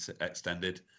extended